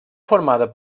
formada